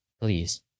Please